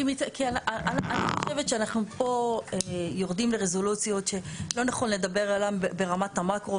אני חושבת שאנחנו פה יורדים לרזולוציות שלא נכון לדבר עליהן ברמת המקרו.